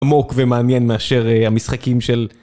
עמוק ומעניין מאשר המשחקים של...